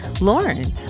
Lauren